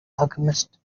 alchemist